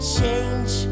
change